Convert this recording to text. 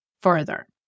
further